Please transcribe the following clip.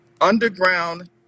underground